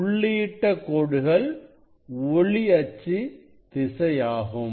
புள்ளியிட்ட கோடுகள் ஒளி அச்சு திசை ஆகும்